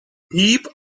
peep